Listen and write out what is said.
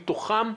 מתוכם,